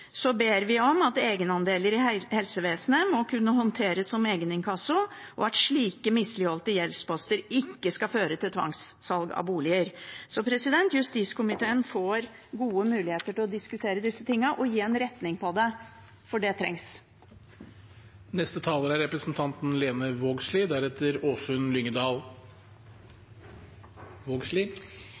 ber vi om at egenandeler i helsevesenet må kunne håndteres som egeninkasso, og at slike misligholdte gjeldsposter ikke skal føre til tvangssalg av bolig. Justiskomiteen får gode muligheter til å diskutere disse tingene og gi en retning på det – for det trengs.